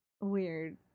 weird